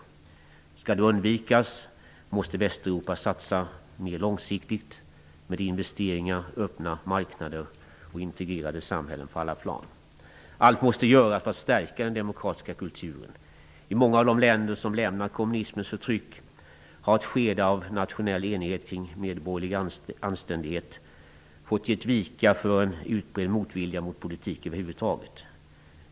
För att det skall kunna undvikas måste Västeuropa satsa mer långsiktigt med investeringar, öppna marknader och integrerade samhällen på alla plan. Allt måste göras för att stärka den demokratiska kulturen. I många av de länder som lämnat kommmunismens förtryck har ett skede av nationell enighet kring medborgerlig anständighet fått ge vika för en utbredd motvilja mot politik över huvud taget.